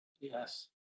Yes